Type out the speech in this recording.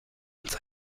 uns